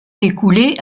écoulé